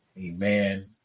amen